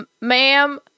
ma'am